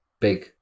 big